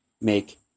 make